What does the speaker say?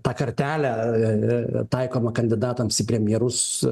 tą kartelę taikomą kandidatams į premjerus